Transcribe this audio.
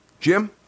Jim